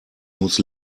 muss